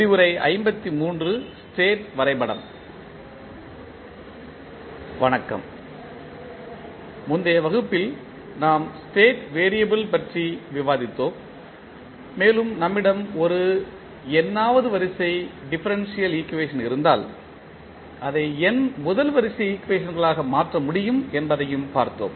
வணக்கம் எனவே முந்தைய வகுப்பில் நாம் ஸ்டேட் வெறியபிள் பற்றி விவாதித்தோம் மேலும் நம்மிடம் ஒரு n வது வரிசை டிஃபரன்ஷியல் ஈக்குவேஷன் இருந்தால் அதை n முதல் வரிசை ஈக்குவேஷன்களாக மாற்ற முடியும் என்பதையும் பார்த்தோம்